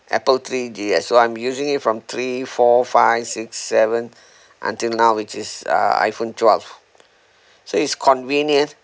apple three G S so I'm using it from three four five six seven until now which is uh iphone twelve so it's convenient